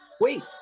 wait